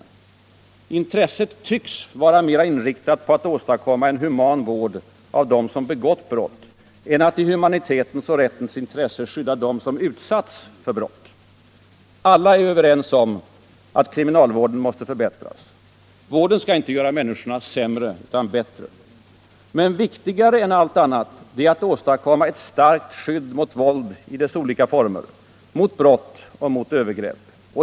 Regeringens intresse synes dem vara mera inriktat på att åstadkomma en human vård av dem som begått brott än att i humanitetens och rättens intresse skydda de människor som utsatts för brott. Alla är överens om att kriminalvården måste förbättras. Vården skall inte göra människorna sämre utan bättre. Men viktigare än allt annat är att åstadkomma ett starkt skydd mot våld i dess olika former, mot brott och mot övergrepp.